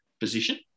position